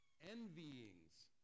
envyings